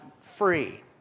free